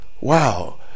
wow